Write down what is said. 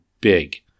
big